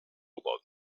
about